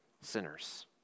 sinners